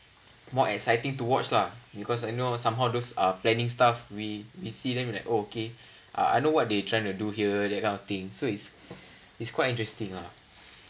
more exciting to watch lah because I know somehow those are planning stuff we we see them like oh okay I know what they trying to do here that kind of thing so it's it's quite interesting ah